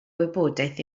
wybodaeth